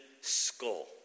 Skull